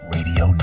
Radio